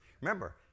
remember